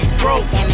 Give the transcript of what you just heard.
broke